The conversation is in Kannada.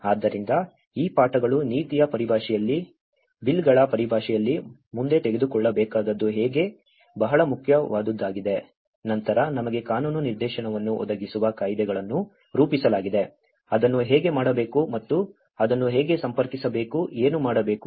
ಆದ್ದರಿಂದ ಈ ಪಾಠಗಳು ನೀತಿಯ ಪರಿಭಾಷೆಯಲ್ಲಿ ಬಿಲ್ಗಳ ಪರಿಭಾಷೆಯಲ್ಲಿ ಮುಂದೆ ತೆಗೆದುಕೊಳ್ಳಬೇಕಾದದ್ದು ಹೇಗೆ ಬಹಳ ಮುಖ್ಯವಾದುದಾಗಿದೆ ನಂತರ ನಮಗೆ ಕಾನೂನು ನಿರ್ದೇಶನವನ್ನು ಒದಗಿಸುವ ಕಾಯಿದೆಗಳನ್ನು ರೂಪಿಸಲಾಗಿದೆ ಅದನ್ನು ಹೇಗೆ ಮಾಡಬೇಕು ಮತ್ತು ಅದನ್ನು ಹೇಗೆ ಸಂಪರ್ಕಿಸಬೇಕು ಏನು ಮಾಡಬೇಕು